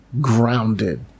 grounded